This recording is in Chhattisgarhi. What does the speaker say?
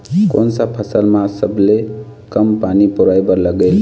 कोन सा फसल मा सबले कम पानी परोए बर लगेल?